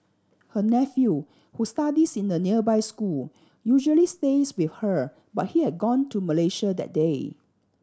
her nephew who studies in a nearby school usually stays with her but he had gone to Malaysia that day